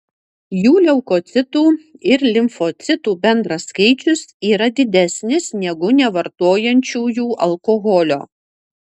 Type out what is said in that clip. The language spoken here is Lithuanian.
jų leukocitų ir limfocitų bendras skaičius yra didesnis negu nevartojančiųjų alkoholio